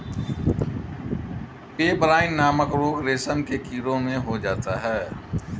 pebrine नामक रोग रेशम के कीड़ों में हो जाता है